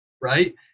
right